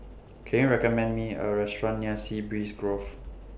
Can YOU recommend Me A Restaurant near Sea Breeze Grove